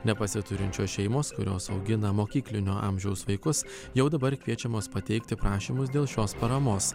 nepasiturinčios šeimos kurios augina mokyklinio amžiaus vaikus jau dabar kviečiamos pateikti prašymus dėl šios paramos